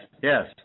yes